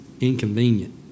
inconvenient